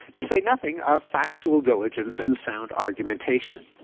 to say nothing of factual diligence and sound argumentation.